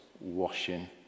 washing